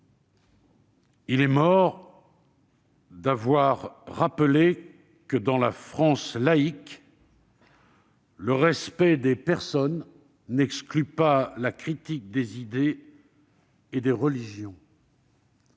Il est mort d'avoir rappelé que, dans la France laïque, le respect des personnes n'exclut pas la critique des idées et des religions.